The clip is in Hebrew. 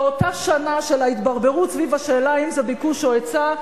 באותה שנה של ההתברברות סביב השאלה האם זה ביקוש או היצע.